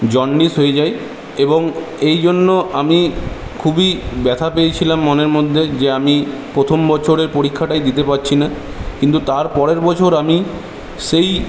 jaundice হয়ে যায় এবং এই জন্য আমি খুবই ব্যথা পেয়েছিলাম মনের মধ্যে যে আমি প্রথম বছরের পরীক্ষাটাই দিতে পারছি না কিন্তু তার পরের বছর আমি সেই